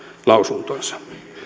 lausuntonsa